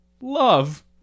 love